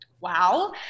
wow